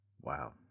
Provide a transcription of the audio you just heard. Wow